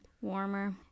warmer